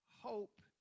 hope